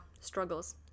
Struggles